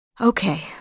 Okay